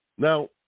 Now